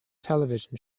television